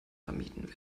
vermieden